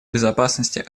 безопасности